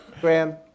Graham